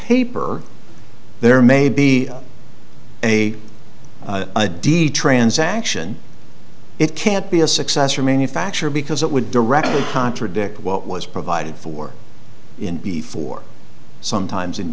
paper there may be a a d transaction it can't be a successor manufacture because it would directly contradict what was provided for in before sometimes